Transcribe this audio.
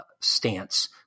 stance